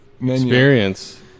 experience